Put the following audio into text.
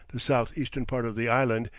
the south-eastern part of the island,